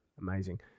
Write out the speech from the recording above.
amazing